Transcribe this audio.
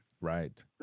right